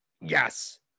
Yes